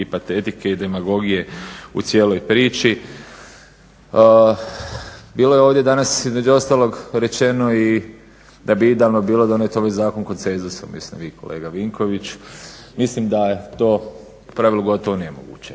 i patetike i demagogije u cijeloj priči. Bilo je ovdje danas između ostalog rečeno i da bi idealno bilo donijet ovaj zakon konsenzusom, mislim vi kolega Vinković, mislim da je to u pravilu gotovo nemoguće.